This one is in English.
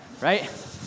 right